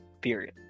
period